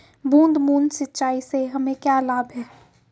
बूंद बूंद सिंचाई से हमें क्या लाभ है?